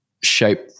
shape